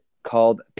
called